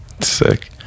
Sick